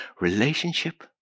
relationship